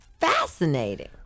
fascinating